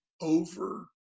over